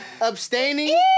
abstaining